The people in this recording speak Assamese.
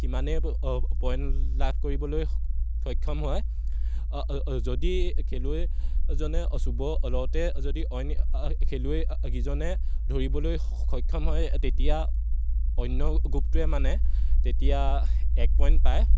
সিমানেই পইণ্ট লাভ কৰিবলৈ সক্ষম হয় যদি খেলুৱৈজনে অ চুব লওঁতে যদি অইন খেলুৱৈকেইজনে ধৰিবলৈ সক্ষম হয় তেতিয়া অন্য গ্ৰুপটোৱে মানে তেতিয়া এক পইণ্ট পায়